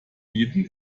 bieten